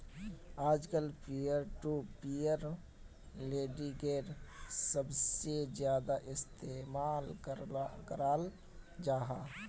आजकल peer to peer लेंडिंगेर सबसे ज्यादा इस्तेमाल कराल जाहा